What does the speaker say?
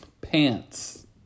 Pants